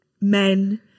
men